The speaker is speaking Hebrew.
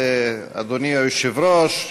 אדוני היושב-ראש,